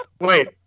Wait